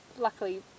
luckily